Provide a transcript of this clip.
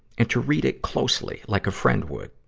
and to read it closely like a friend would.